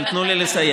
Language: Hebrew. אבל תנו לי לסיים.